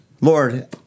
Lord